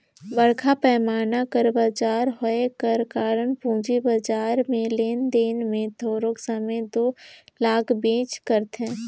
बड़खा पैमान कर बजार होए कर कारन पूंजी बजार में लेन देन में थारोक समे दो लागबेच करथे